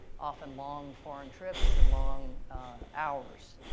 often, long foreign trips and long hours.